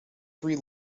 three